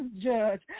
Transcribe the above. judge